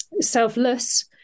selfless